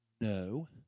No